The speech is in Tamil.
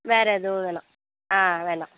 வேறு எதுவும் வேணாம் ஆ வேணாம்